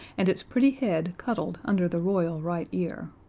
and its pretty head cuddled under the royal right ear.